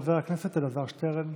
חבר הכנסת אלעזר שטרן,